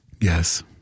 Yes